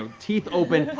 um teeth open,